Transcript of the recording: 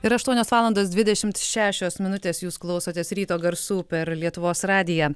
yra aštuonios valandos dvidešimt šešios minutės jūs klausotės ryto garsų per lietuvos radiją